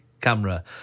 camera